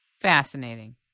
Fascinating